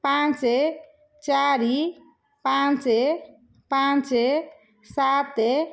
ପାଞ୍ଚ ଚାରି ପାଞ୍ଚ ପାଞ୍ଚ ସାତ